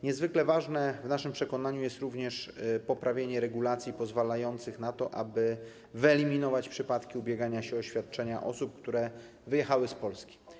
Niezwykle ważne w naszym przekonaniu jest również poprawienie regulacji pozwalających na wyeliminowanie przypadków ubiegania się o świadczenia osób, które wyjechały z Polski.